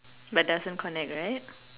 but doesn't connect right